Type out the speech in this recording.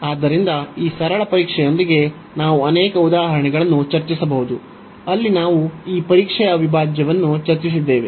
ಆದ್ದರಿಂದ ಈ ಸರಳ ಪರೀಕ್ಷೆಯೊಂದಿಗೆ ನಾವು ಅನೇಕ ಉದಾಹರಣೆಗಳನ್ನು ಚರ್ಚಿಸಬಹುದು ಅಲ್ಲಿ ನಾವು ಈ ಮಾದರಿ ಅವಿಭಾಜ್ಯವನ್ನು ಚರ್ಚಿಸಿದ್ದೇವೆ